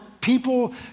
people